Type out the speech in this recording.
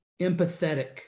empathetic